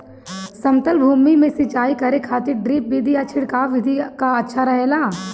समतल भूमि में सिंचाई करे खातिर ड्रिप विधि या छिड़काव विधि अच्छा रहेला?